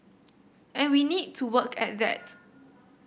and we need to work at that